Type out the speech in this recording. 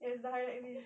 yes the highlight reel